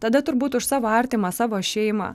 tada turbūt už savo artimą savo šeimą